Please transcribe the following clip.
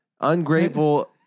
Ungrateful